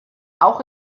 auch